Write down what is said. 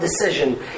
decision